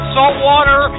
Saltwater